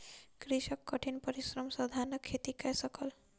कृषक कठिन परिश्रम सॅ धानक खेती कय सकल